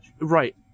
right